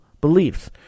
beliefs